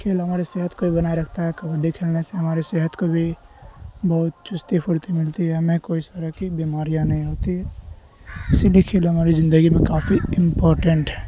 کھیل ہماری صحت کو بھی بنائے رکھتا ہے کبڈی کھیلنے سے ہماری صحت کو بھی بہت چستی فرتی ملتی ہے ہمیں کوئی طرح کی بیماریاں نہیں ہوتی ہے اسی لیے کھیل ہماری زندگی میں کافی امپورٹینٹ ہے